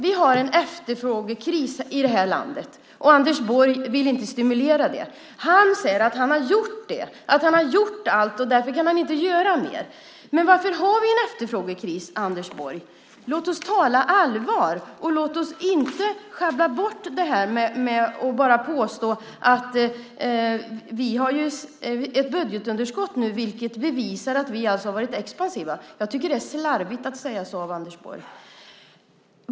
Vi har en efterfrågekris i landet. Anders Borg vill inte stimulera efterfrågan. Han säger att han har gjort allt och därför kan han inte göra mer. Men varför har vi en efterfrågekris, Anders Borg? Låt oss tala allvar! Sjabbla inte bort detta med att påstå att budgetunderskottet visar att ni har varit expansiva! Det är slarvigt av Anders Borg att säga så.